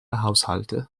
haushalte